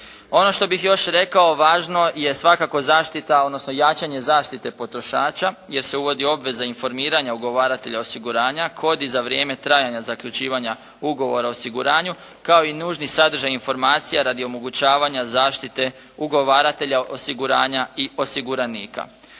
Ono što bih još rekao važno je svakako zaštita, odnosno jačanje zaštite potrošača jer se uvodi obveza informiranja ugovaratelja osiguranja koje bi za vrijeme trajanja zaključivanja ugovora o osiguranju kao i nužni sadržaj informacija radi omogućavanja zaštite ugovaratelja osiguranja i osiguranika.